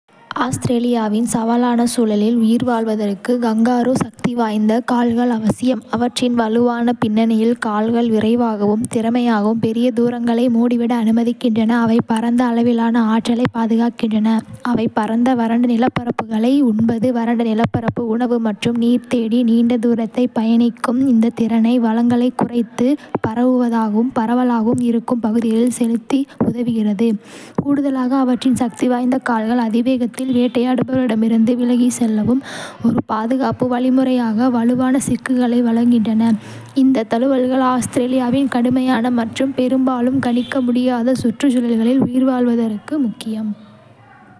ஆஸ்திரேலியாவின் சவாலான சூழலில் உயிர்வாழ்வதற்கு கங்காரு சக்திவாய்ந்த கால்கள் அவசியம். அவற்றின் வலுவான பின்னணியில் கால்கள் விரைவாகவும் திறமையாகவும் பெரிய தூரங்களை மூடிவிட அனுமதிக்கின்றன, அவை பரந்த அளவிலான ஆற்றலைப் பாதுகாக்கின்றன, அவை பரந்த, வறண்ட நிலப்பரப்புகளை உண்பது, வறண்ட நிலப்பரப்பு உணவு மற்றும் நீர் தேடி. நீண்ட தூரத்தை பயணிக்கும் இந்த திறனை வளங்களை குறைத்து, பரவுவதாகவும், பரவலாகவும் இருக்கும் பகுதிகளில் செழித்து உதவுகிறது. கூடுதலாக, அவற்றின் சக்திவாய்ந்த கால்கள் அதிக வேகத்தில் வேட்டையாடுகளிலிருந்து விலகிச் செல்லவும், ஒரு பாதுகாப்பு வழிமுறையாக வலுவான கிக்குகளை வழங்குகின்றன. இந்த தழுவல்கள் ஆஸ்திரேலியாவின் கடுமையான மற்றும் பெரும்பாலும் கணிக்க முடியாத சுற்றுச்சூழல்களில் உயிர்வாழ்வதற்கு முக்கியம்.